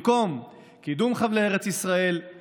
אבל במוקדם או במאוחר יהיו בחירות, אנחנו